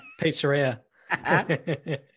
pizzeria